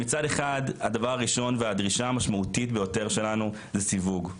שמצד הדבר הראשון והדרישה המשמעותית ביותר שלנו זה סיווג,